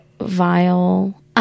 vile